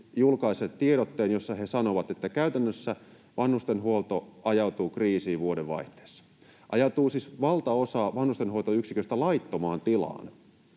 julkaisseet tiedotteen, jossa he sanovat, että käytännössä vanhustenhuolto ajautuu kriisiin vuodenvaihteessa — siis valtaosa vanhustenhoitoyksiköistä ajautuu laittomaan tilaan